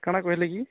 କାଣା କହିଲେ କି